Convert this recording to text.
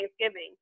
thanksgiving